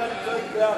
לתיקון